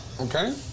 Okay